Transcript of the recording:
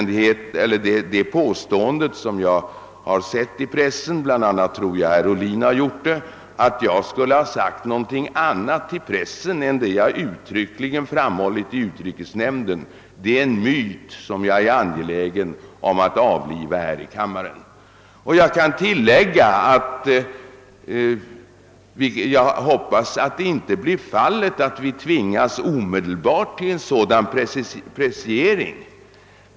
Det påstående som jag har sett i pressen, bl.a. av herr Ohlin vill jag minnas, att jag skulle ha sagt något annat vid presskonferensen än vad jag uttryckligen framhållit i utrikesnämnden är således en myt, som jag har varit angelägen att avliva. Jag kan tillägga att jag hoppas att vi inte tvingas att omedelbart göra en precisering.